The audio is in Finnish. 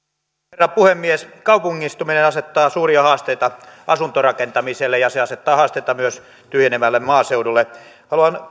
herra puhemies kaupungistuminen asettaa suuria haasteita asuntorakentamiselle ja se asettaa haastetta myös tyhjenevälle maaseudulle haluan